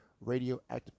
radioactive